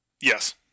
Yes